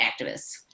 activists